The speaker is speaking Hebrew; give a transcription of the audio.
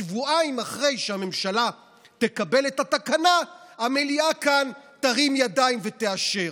ששבועיים אחרי שהממשלה תקבל את התקנה המליאה כאן תרים ידיים ותאשר.